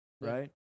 right